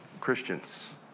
Christians